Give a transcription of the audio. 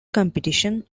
competition